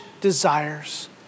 desires